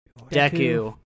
Deku